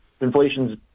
Inflation's